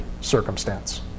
circumstance